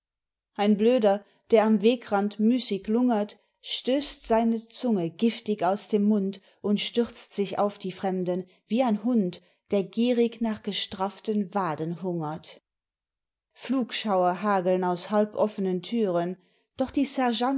ein blöder der am wegrand müssig lungert stösst seine zunge giftig aus dem mund und stürzt sich auf die fremden wie ein hund der gierig nach gestrafften waden hungert flugschauer hageln aus halboffnen türen doch die